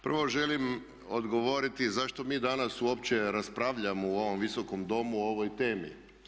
Prvo želim odgovoriti zašto mi danas uopće raspravljamo u ovom Visokom domu o ovoj temi.